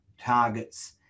targets